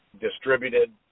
distributed